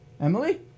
Emily